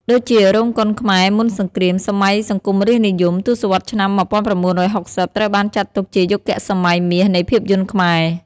ដូចជា រោងកុនខ្មែរមុនសង្គ្រាម សម័យសង្គមរាស្ត្រនិយម ទសវត្សរ៍ឆ្នាំ១៩៦០ ត្រូវបានចាត់ទុកជាយុគសម័យមាសនៃភាពយន្តខ្មែរ។